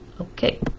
Okay